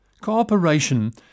Cooperation